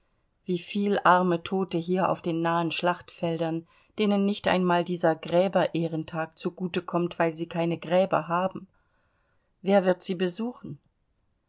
wieviel arme tote hier auf den nahen schlachtfeldern denen nicht einmal dieser gräber ehrentag zu gute kommt weil sie keine gräber haben wer wird sie besuchen